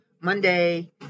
Monday